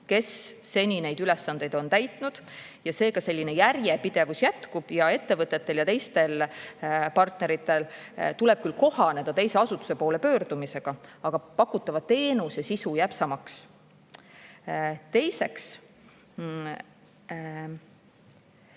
kes seni neid ülesandeid on täitnud, ja seega järjepidevus jätkub. Ettevõtetel ja teistel partneritel tuleb küll kohaneda teise asutuse poole pöördumisega, aga pakutava teenuse sisu jääb samaks. Teiseks,